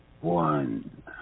one